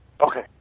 Okay